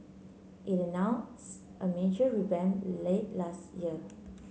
it announced a major revamp late last year